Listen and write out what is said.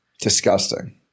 Disgusting